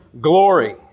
glory